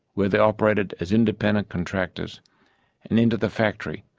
where they operated as independent contractors, and into the factory,